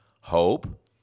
Hope